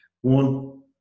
One